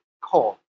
call